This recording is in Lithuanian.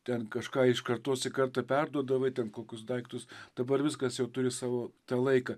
ten kažką iš kartos į kartą perduodavai ten kokius daiktus dabar viskas jau turi savo tą laiką